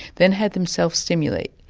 then had them self-stimulate.